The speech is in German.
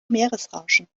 meeresrauschen